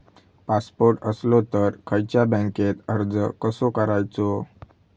Passport असलो तर खयच्या बँकेत अर्ज कसो करायचो?